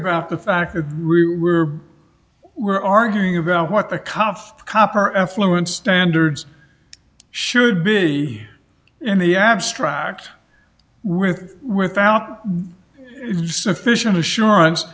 about the fact that we were we're arguing about what the coffee cup or effluent standards should be in the abstract with without sufficient assurance